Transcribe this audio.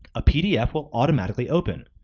a pdf will automatically open.